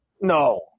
No